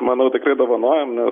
manau tikrai dovanojom